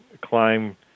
climb